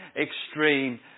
extreme